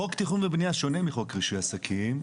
חוק תכנון ובנייה שונה מחוק רישוי עסקים.